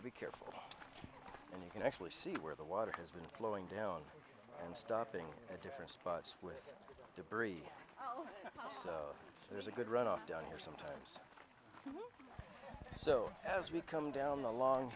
to be careful and you can actually see where the water has been slowing down and stopping at different spots with debris oh there's a good run off done here sometimes so as we come down